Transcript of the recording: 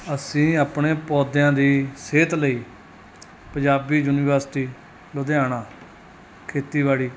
ਅਸੀਂ ਆਪਣੇ ਪੌਦਿਆਂ ਦੀ ਸਿਹਤ ਲਈ ਪੰਜਾਬੀ ਯੂਨੀਵਰਸਿਟੀ ਲੁਧਿਆਣਾ ਖੇਤੀਬਾੜੀ